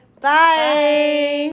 Bye